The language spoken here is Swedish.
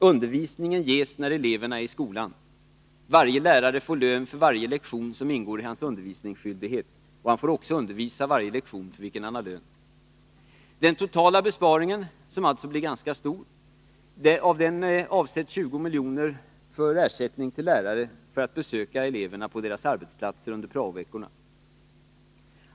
Undervisningen ges när eleverna är i skolan. Varje lärare får lön för varje lektion som ingår i hans undervisningsskyldighet, och han får också undervisa under varje lektion för vilken han har lön. Av den totala besparingen, som blir ganska stor, avsätts 20 milj.kr. för ersättning till lärare för deras besök på elevernas arbetsplatser under prao-veckorna.